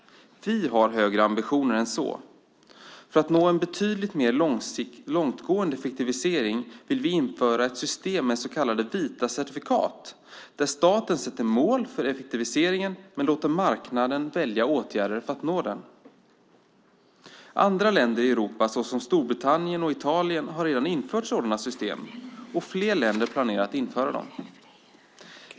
Vi har högre ambitioner än så. För att nå en betydligt mer långtgående effektivisering vill vi införa ett system med så kallade vita certifikat, där staten sätter mål för effektiviseringen men låter marknaden välja åtgärder för att nå dem. Andra länder i Europa, som Storbritannien och Italien, har redan infört sådana system, och fler länder planerar att införa dem.